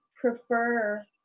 prefer